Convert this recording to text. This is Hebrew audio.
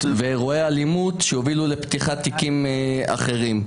ואירועי אלימות שהובילו לפתיחת תיקים אחרים.